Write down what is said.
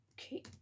Okay